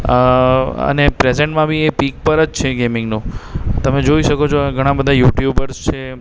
અને પ્રૅઝન્ટમાં બી એ પીક પર જ છે ગેમિંગનું તમે જોઈ શકો છો ઘણા બધા યુટ્યુબર્સ છે